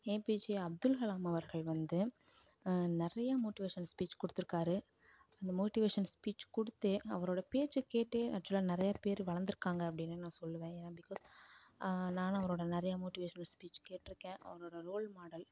APJ Abdul Kalam அவர்கள் வந்து நிறைய மோட்டிவேஷன் ஸ்பீச் கொடுத்துருக்காரு அந்த மோட்டிவேஷன் ஸ்பீச் கொடுத்தே அவரோடய பேச்சை கேட்டே ஆக்சுவலாக நிறையா பேர் வளர்ந்துருக்காங்க அப்படின்னு நான் சொல்லுவேன் ஏனால் பிக்காஸ் நானும் அவரோடய நிறையா மோட்டிவேஷ்னல் ஸ்பீச் கேட்டிருக்கேன் அவர் ஒரு ரோல் மாடல்